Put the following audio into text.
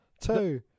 Two